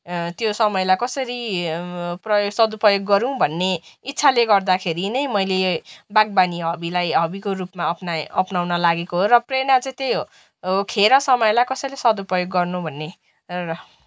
त्यो समयलाई कसरी प्रयो सदुपयोग गरूँ भन्ने इच्छाले गर्दाखेरि नै मैले बागवानी हबीलाई हबीको रूपमा अपनाएँ अपनाउन लागेको हो र प्रेरणा चाहिँ त्यही हो खेर समयलाई कसरी सदुपयोग गर्नु भन्ने र